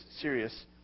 serious